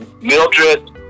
mildred